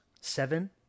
Seven